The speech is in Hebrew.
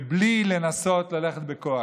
ובלי לנסות ללכת בכוח.